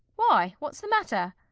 why, what's the matter?